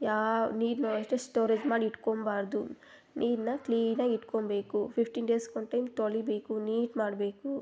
ಯಾವ ನೀರನ್ನು ಅಷ್ಟೆ ಸ್ಟೋರೇಜ್ ಮಾಡಿ ಇಟ್ಕೊಬಾರ್ದು ನೀರನ್ನ ಕ್ಲೀನಾಗಿ ಇಟ್ಕೊಬೇಕು ಫಿಫ್ಟೀನ್ ಡೇಸ್ಗೆ ಒನ್ ಟೈಮ್ ತೊಳಿಬೇಕು ನೀಟ್ ಮಾಡಬೇಕು